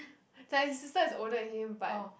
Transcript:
like his sister is older than him but